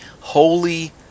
holy